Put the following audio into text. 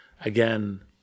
again